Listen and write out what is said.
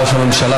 ראש הממשלה,